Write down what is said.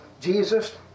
jesus